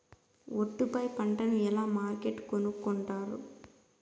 ఒట్టు పై పంటను ఎలా మార్కెట్ కొనుక్కొంటారు?